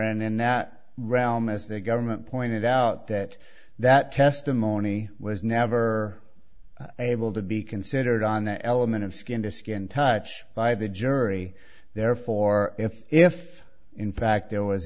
e in that realm as the government pointed out that that testimony was never able to be considered on the element of skin to skin touch by the jury therefore if if in fact there was